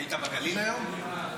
היית בגליל היום?